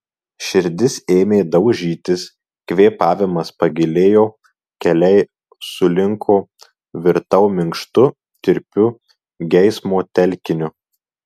širdis ėmė daužytis kvėpavimas pagilėjo keliai sulinko virtau minkštu tirpiu geismo telkiniu